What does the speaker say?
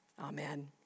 Amen